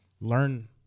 learn